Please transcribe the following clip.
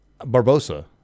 Barbosa